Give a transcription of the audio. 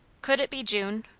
could it be june,